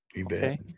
okay